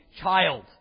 child